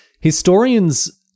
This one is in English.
historians